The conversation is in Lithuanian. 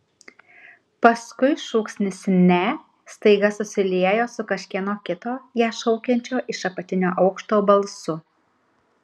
paskui šūksnis ne staiga susiliejo su kažkieno kito ją šaukiančio iš apatinio aukšto balsu